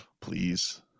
Please